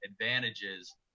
advantages